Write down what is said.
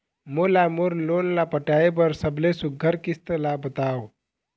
मोला मोर लोन ला पटाए बर सबले सुघ्घर किस्त ला बताव?